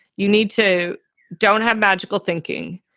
you need to don't have magical thinking.